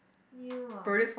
new ah